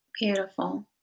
Beautiful